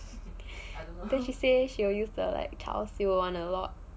and then she say she will you use the like how do you want a lot